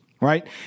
right